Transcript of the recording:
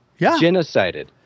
genocided